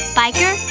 biker